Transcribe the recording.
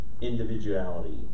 individuality